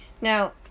Now